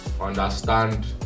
understand